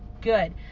good